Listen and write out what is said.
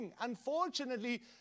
Unfortunately